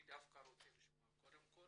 אני דווקא רוצה לשמוע קודם כל